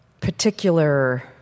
Particular